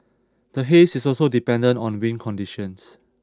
the haze is also dependent on wind conditions